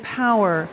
power